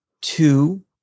Two